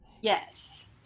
Yes